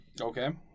Okay